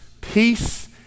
peace